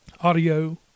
audio